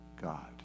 God